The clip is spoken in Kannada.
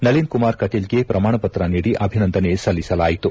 ನಳನ್ ಕುಮಾರ್ ಕಟೀಲ್ಗೆ ಪ್ರಮಾಣ ಪತ್ರಿನೀಡಿ ಅಭಿನಂದನೆ ಸಲ್ಲಿಸಲಾಯಿತು